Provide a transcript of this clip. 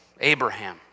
Abraham